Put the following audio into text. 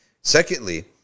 Secondly